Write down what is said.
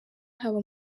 haba